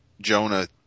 Jonah